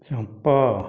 jump